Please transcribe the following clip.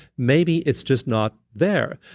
maybe it's just not there,